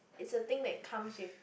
is a thing that comes with